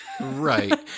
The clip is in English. Right